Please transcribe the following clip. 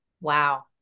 Wow